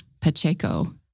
Pacheco